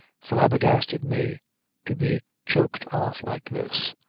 flabbergasted me to be choked off like this.